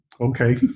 okay